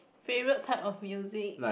favourite type of music